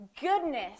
goodness